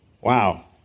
Wow